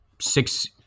six